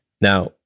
Now